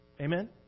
Amen